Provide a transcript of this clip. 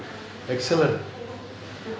excellent